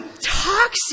toxic